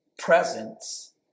presence